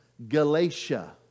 Galatia